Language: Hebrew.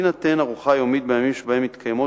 תינתן ארוחה יומית בימים שבהם מתקיימות